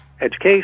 education